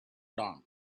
dawn